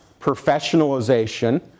professionalization